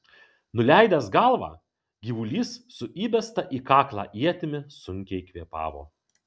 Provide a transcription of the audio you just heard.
nuleidęs galvą gyvulys su įbesta į kaklą ietimi sunkiai kvėpavo